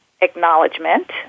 acknowledgement